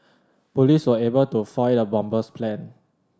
police were able to foil the bomber's plan